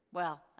well.